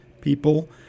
people